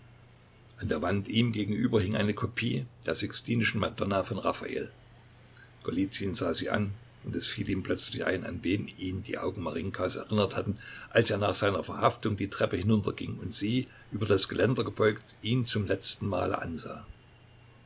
an der wand ihm gegenüber hing eine kopie der sixtinischen madonna von raffael golizyn sah sie an und es fiel ihm plötzlich ein an wen ihn die augen marinjkas erinnert hatten als er nach seiner verhaftung die treppe hinunterging und sie über das geländer gebeugt ihn zum letzten male ansah